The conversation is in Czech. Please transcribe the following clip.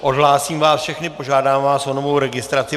Odhlásím vás všechny a požádám vás o novou registraci.